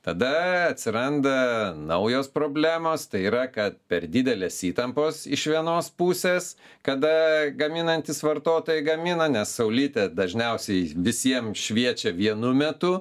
tada atsiranda naujos problemos tai yra kad per didelės įtampos iš vienos pusės kada gaminantys vartotojai gamina nes saulytė dažniausiai visiem šviečia vienu metu